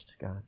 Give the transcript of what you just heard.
God